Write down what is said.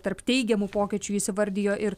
tarp teigiamų pokyčių jis įvardijo ir